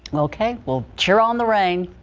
okay we'll cheer on the rain.